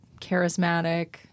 charismatic